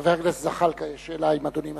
לחבר הכנסת זחאלקה יש שאלה אם אדוני מסכים.